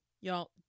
y'all